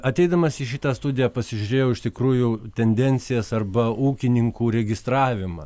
ateidamas į šitą studiją pasižiūrėjau iš tikrųjų tendencijas arba ūkininkų registravimą